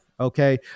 Okay